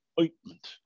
Ointment